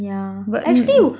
yeah you~